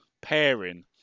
pairing